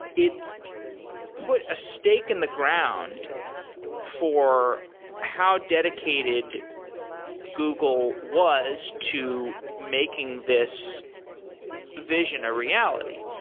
it put a stake in the ground for how dedicated google was to making this vision a reality.